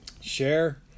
share